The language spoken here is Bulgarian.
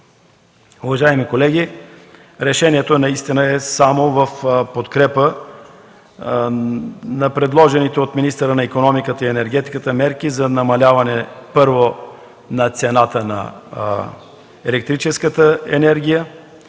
Уважаеми колеги, решението наистина е само в подкрепа на предложените от министъра на икономиката и енергетиката мерки за намаляване, първо, на цената на електрическата енергия